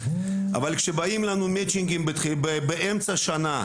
אבל כשבאים לנו מצ'ינגים באמצע שנה,